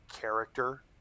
character